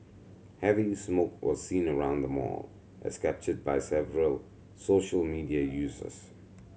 heavy smoke was seen around the mall as captured by several social media users